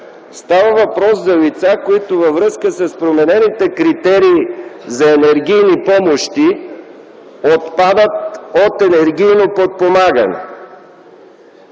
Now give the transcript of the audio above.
лица, за лица, които във връзка с променените критерии за енергийни помощи отпадат от енергийно подпомагане.